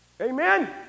Amen